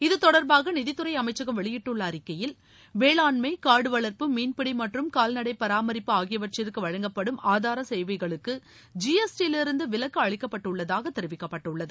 இது தொடர்பாக நிதித்துறை அமைச்சகம் வெளியிட்டுள்ள அறிக்கையில் வேளாண்மை காடு வளர்ப்பு மீன்பிடி மற்றும் கால்நடை பராமரிப்பு ஆகியவற்றுக்கு வழங்கப்படும் ஆதார சேவைகளுக்கு ஜிஎஸ்டி யிலிருந்து விலக்கு அளிக்கப்பட்டுள்ளதாக தெரிவிக்கப்பட்டுள்ளது